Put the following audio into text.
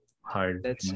hard